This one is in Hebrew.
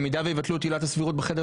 במידה ויבטלו את עילת הסבירות בחדר